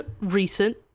recent